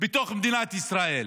בתוך מדינת ישראל.